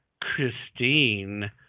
Christine